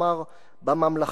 כלומר בממלכה.